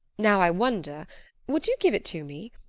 now, i wonder would you give it to me?